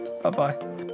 Bye-bye